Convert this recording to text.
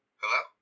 Hello